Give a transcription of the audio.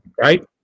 right